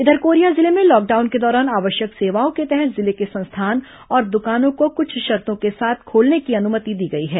इधर कोरिया जिले में लॉकडाउन के दौरान आवश्यक सेवाओं के तहत जिले के संस्थान और दुकानों को कुछ शर्तो के साथ खोलने की अनुमति दी गई है